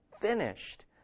finished